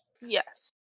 Yes